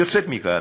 יוצאת מן הכלל.